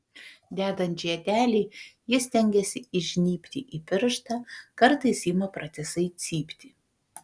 dedant žiedelį ji stengiasi įžnybti į pirštą kartais ima pratisai cypti